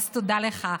אז תודה לך.